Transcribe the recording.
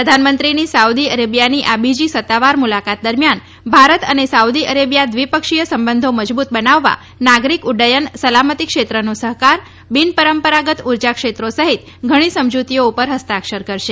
પ્રધાનમંત્રીની સાઉદી અરેબિયાની આ બીજી સત્તાવાર મુલાકાત દરમ્યાન ભારત અને સાઉદી અરેબિયા દ્વિપક્ષી સંબંધો મજબૂત બનાવવા નાગરીક ઉડ્ડયન સલામતી ક્ષેત્રનો સહકાર બિનપરંપરાગત ઉર્જા ક્ષેત્રો સહિત ઘણી સમજુતીઓ ઉપર હસ્તાક્ષર કરાશે